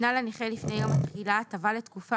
ניתנה לנכה לפני יום התחילה הטבה לתקופה